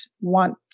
want